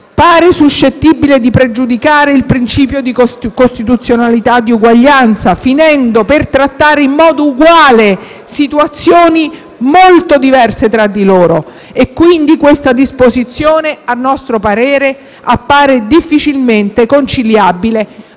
pare suscettibile di pregiudicare il principio costituzionale di uguaglianza, finendo per trattare in modo uguale situazioni molto diverse tra di loro. Quindi, questa disposizione, a nostro parere, appare difficilmente conciliabile